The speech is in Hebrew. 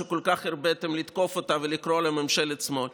שכל כך הרביתם לתקוף אותה ולקרוא לה ממשלה שמאל,